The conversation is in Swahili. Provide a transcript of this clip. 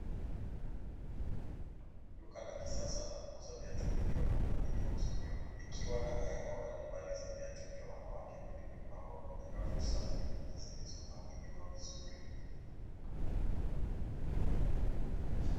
Duka la kisasa la kuuza viatu lililo na mpangilio mzuri likiwa na aina mbalimbali ya viatu vya wanawake vilivyopangwa kwenye rafu safi na zilizopangiliwa vizuri.